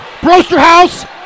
Brosterhouse